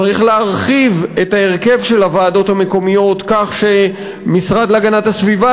צריך להרחיב את ההרכב של הוועדות המקומיות כך שהמשרד להגנת הסביבה,